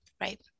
Right